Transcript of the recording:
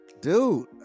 Dude